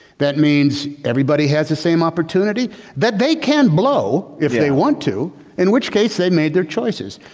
that means everybody has the same opportunity that they can blow if they want to in which case they made their choices.